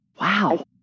Wow